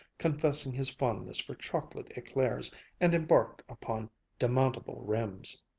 confessing his fondness for chocolate eclairs and embarked upon demountable rims.